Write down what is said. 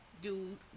dude